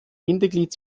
bindeglied